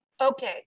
Okay